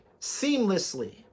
seamlessly